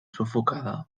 sufocada